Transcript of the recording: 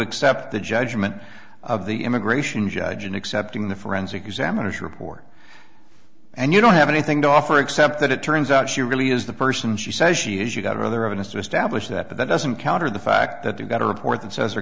accept the judgment of the immigration judge in accepting the forensic examiners report and you don't have anything to offer except that it turns out she really is the person she says she is you've got other evidence to establish that but that doesn't counter the fact that they've got a report that says are